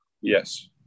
yes